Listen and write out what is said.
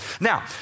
Now